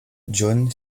john